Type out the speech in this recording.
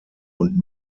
und